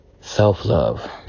Self-love